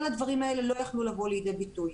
כל הדברים האלה לא יכלו לבוא לידי ביטוי.